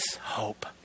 hope